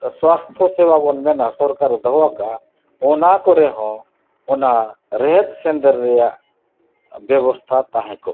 ᱥᱟᱥᱛᱷᱚ ᱥᱮᱵᱟ ᱵᱚᱱ ᱢᱮᱱᱟ ᱥᱚᱨᱠᱟᱨᱮ ᱫᱚᱦᱚᱣᱟᱠᱟᱜᱼᱟ ᱚᱱᱟ ᱠᱚᱨᱮᱜ ᱦᱚᱸ ᱚᱱᱟ ᱨᱮᱦᱮᱫ ᱥᱸᱫᱮᱨ ᱨᱮᱭᱟᱜ ᱵᱮᱵᱚᱥᱛᱷᱟ ᱛᱟᱦᱮᱸ ᱠᱚᱜᱢᱟ